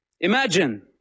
Imagine